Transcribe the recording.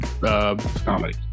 Comedy